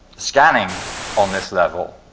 scanning on this level,